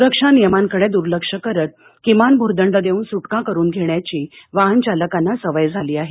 सुरक्षा नियमांकडे दुर्लक्ष करत किमान भूर्दंड देऊन सुटका करून घेण्याची वाहनचालकांना सवय झाली आहे